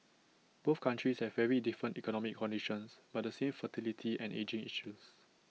both countries have very different economic conditions but the same fertility and ageing issues